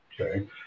okay